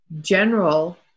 general